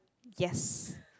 yes